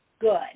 good